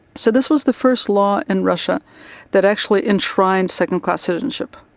so this was the first law in russia that actually enshrined second-class citizenship.